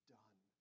done